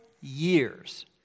years